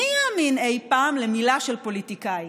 מי יאמין אי פעם למילה של פוליטיקאי?